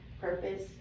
purpose